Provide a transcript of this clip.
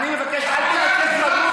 רואים את התוצאות היום,